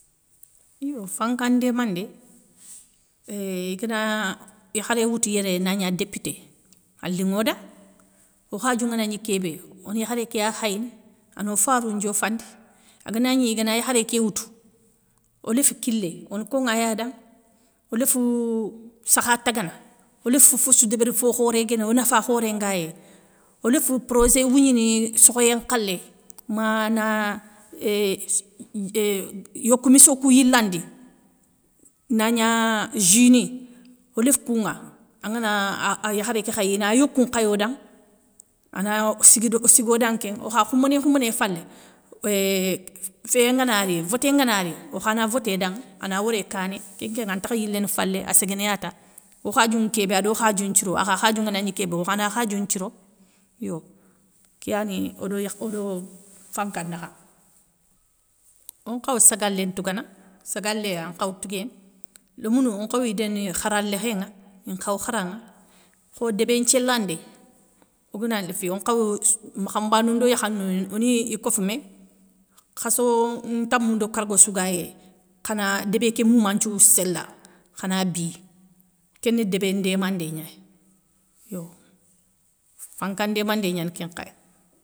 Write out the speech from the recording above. Yo fanka ndémandé éeeeh igana yakharé woutou yéré nagna dépité, a linŋo da, o khadiou ngana gni kébé, one yakharé ké ya khayini. ano farou ndiofandi. Agana gni igana yakharé ké woutou. oléf kilé, one konŋa ya danŋe, oléfou sakha tagana, oléf fofossou débéri fo khoré guéni o nafa khoré nga yéy, oléf progé wougnini sokhoyé nkhalé mana euhh yokou missokou yilandi, nagna juni, oléf kounŋa, angana yakharé ké khayi ina yokoun nkhayo danŋe, ana siguo danŋe kén. O kha khoumbéné khoumbéné falé, euuh féyé ngana ri voté ngana ri, okhana voté danŋa ana woré kané kénkénŋe antakha yiléné falé aséguénéya ta okhadiounŋ kébé ado okhadiou nthiro, akha khadiou nganagni kébé okha na khadiou nthiro yo. Kéyani odo fanka nakha. Onkhaw sagalé ntougana, sagalé ankhaw touguéné, lémounou onkhawi déné khara lékhénŋa inkhaw kharan nŋa. Kho débé nthiélandé, ogana léfi on khaw makhabanou ndo yakhanou oni i kofoumé khasso ntamou ndo kargo sou gayéy khana débé ké mouma nthiou séla, khana bi, kéni débé ndémandé gnay yo fanka ndémandé gnani kén nkhaya.